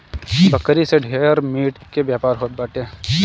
बकरी से ढेर मीट के व्यापार होत बाटे